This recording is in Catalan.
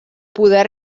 poder